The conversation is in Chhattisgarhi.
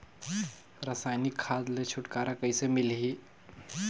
रसायनिक खाद ले छुटकारा कइसे मिलही?